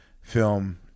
film